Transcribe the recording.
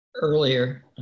earlier